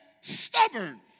stubborn